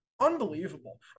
unbelievable